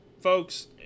folks